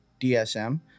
DSM